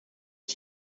ich